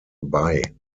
bei